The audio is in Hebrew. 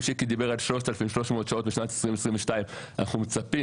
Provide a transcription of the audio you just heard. אם שיקי דיבר על 3,330 שעות בשנת 2022 אנחנו מצפים